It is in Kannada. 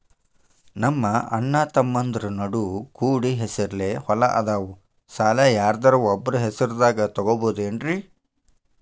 ನಮ್ಮಅಣ್ಣತಮ್ಮಂದ್ರ ನಡು ಕೂಡಿ ಹೆಸರಲೆ ಹೊಲಾ ಅದಾವು, ಸಾಲ ಯಾರ್ದರ ಒಬ್ಬರ ಹೆಸರದಾಗ ತಗೋಬೋದೇನ್ರಿ?